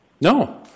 No